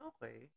Okay